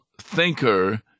thinker